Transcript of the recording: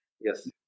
Yes